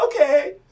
Okay